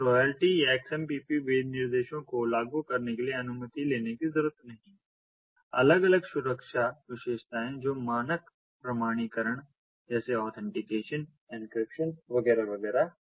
तो रॉयल्टी या XMPP विनिर्देशों को लागू करने के लिए अनुमति लेने की जरूरत नहीं है अलग अलग सुरक्षा विशेषताएं जो मानक प्रमाणीकरण जैसे ऑथेंटिकेशन एन्क्रिप्शन वगैरह वगैरह